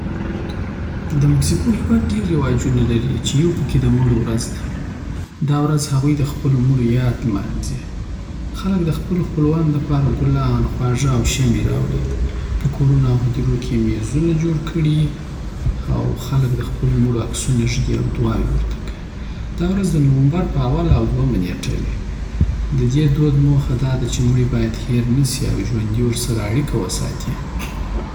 د مکسیکو هیواد ډیر رواجونه لری چی یو پکی د مړو ورځ ده دا ورځ هغوی د خپلو مړو یاد لمانځي خلک د خپلو خپلوانو دپاره ګلان، خواږه، او شمعې راوړي. په کورونو او هدیرونو کې یې میزونه جوړ کړي یی او خلک د خپلو مړو عکسونه ږدي او دعاوې ورته کوي. دا ورځ د نومبر په اوله او دویمه نیټه وي. د دې دود موخه دا ده چې مړه باید هېره نشي او ژوندي ورسره اړیکه وساتي.